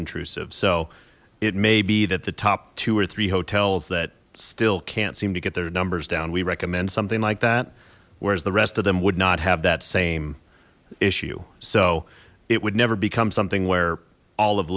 intrusive so it may be that the top two or three hotels that still can't seem to get their numbers down we recommend something like that whereas the rest of them would not have that same issue so it would never become something where all of